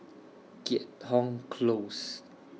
Keat Hong Close